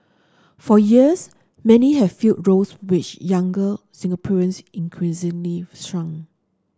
for years many have filled roles which younger Singaporeans increasingly shun